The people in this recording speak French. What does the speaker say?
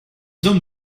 hommes